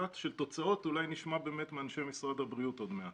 תוצאות אולי נשמע מאנשי משרד הבריאות עוד מעט.